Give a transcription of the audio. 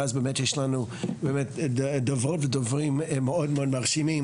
ואז באמת יש לנו דוברות ודוברים מאוד מאוד מרשימים,